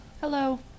Hello